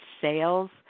sales